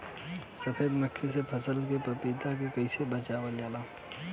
सफेद मक्खी से फसल के पतिया के कइसे बचावल जाला?